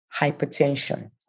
hypertension